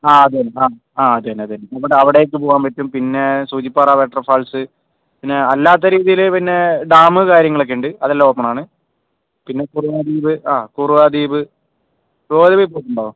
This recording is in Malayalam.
ആ അതുതന്നെ ആ അതുതന്നെ അതുതന്നെ നമ്മുടെ അവിടേക്ക് പോവാൻ പറ്റും പിന്നെ സൂചിപ്പാറ വാട്ടർഫാൾസ് പിന്നെ അല്ലാത്ത രീതിയിൽ പിന്നെ ഡാം കാര്യങ്ങളൊക്കെ ഉണ്ട് അതെല്ലാം ഓപ്പൺ ആണ് പിന്നെ കുറുവാദ്വീപ് ആ കുറുവാദ്വീപ് കുറവാദ്വീപിൽ പോയിട്ടുണ്ടോ